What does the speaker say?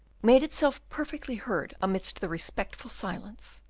made itself perfectly heard amidst the respectful silence,